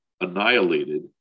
annihilated